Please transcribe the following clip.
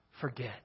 forget